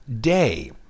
day